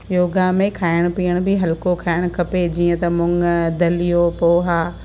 योगा में खाइण पीअण बि हल्को खाइणु खपे जीअं त मूङ दलियो पोहा